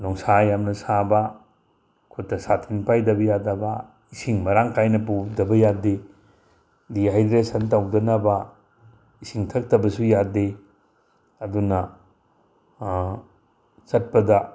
ꯅꯨꯡꯁꯥ ꯌꯥꯝꯅ ꯁꯥꯕ ꯈꯨꯠꯇ ꯁꯥꯇꯤꯟ ꯄꯥꯏꯗꯕ ꯌꯥꯗꯕ ꯏꯁꯤꯡ ꯃꯔꯥꯡ ꯀꯥꯏꯅ ꯄꯨꯗꯕ ꯌꯥꯗꯦ ꯗꯤꯍꯥꯏꯗ꯭ꯔꯦꯁꯟ ꯇꯧꯗꯅꯕ ꯏꯁꯤꯡ ꯊꯛꯇꯕꯁꯨ ꯌꯥꯗꯦ ꯑꯗꯨꯅ ꯆꯠꯄꯗ